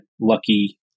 lucky